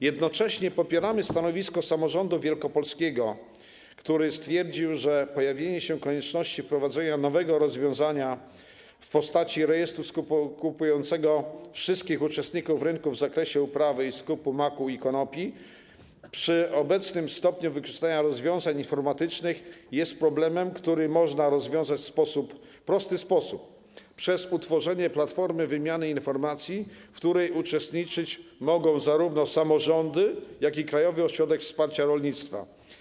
Jednocześnie popieramy stanowisko samorządu wielkopolskiego, który stwierdził, że pojawienie się konieczności wprowadzenia nowego rozwiązania w postaci rejestru skupiającego wszystkich uczestników rynku w zakresie uprawy i skupu maku i konopi przy obecnym stopniu wykorzystania rozwiązań informatycznych jest problemem, który można rozwiązać w prosty sposób - przez utworzenie platformy wymiany informacji, w której uczestniczyć mogą zarówno samorządy, jak i Krajowy Ośrodek Wsparcia Rolnictwa.